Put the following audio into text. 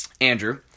Andrew